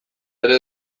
ere